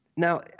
Now